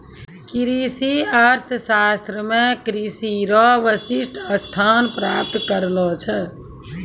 कृषि अर्थशास्त्र मे कृषि रो विशिष्ट स्थान प्राप्त करलो छै